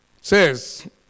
says